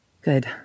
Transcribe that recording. Good